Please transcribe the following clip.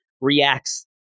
reacts